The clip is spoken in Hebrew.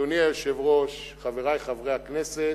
אדוני היושב-ראש, חברי חברי הכנסת,